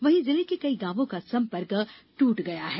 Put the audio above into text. वहीं जिले के कई गांवों का संपर्क टूट गया है